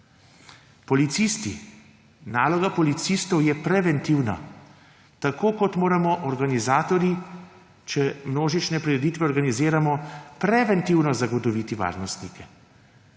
Policisti. Naloga policistov je preventivna. Tako kot moramo organizatorji, če množične prireditve organiziramo. preventivno zagotoviti varnostnike,